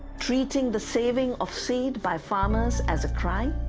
treating the saving of seeds by farmers as a crime,